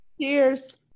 Cheers